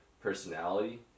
personality